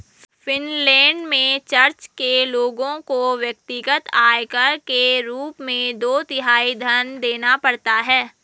Finland में church के लोगों को व्यक्तिगत आयकर के रूप में दो तिहाई धन देना पड़ता है